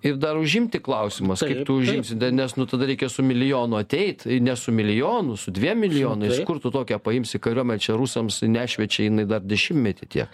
ir dar užimti klausimas kaip tu užimsi da nes nu tada reikia su milijonu ateit ir ne su milijonu su dviem milijonais kur tu tokią paimsi kariuomenę čia rusams nešviečia jinai dar dešimtmetį tiek